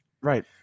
right